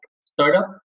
startup